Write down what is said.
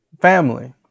Family